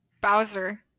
bowser